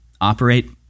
operate